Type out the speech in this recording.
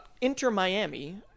Inter-Miami